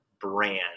brand